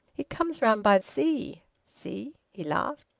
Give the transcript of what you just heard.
it comes round by sea see? he laughed.